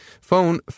phone